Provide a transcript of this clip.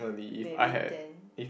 maybe ten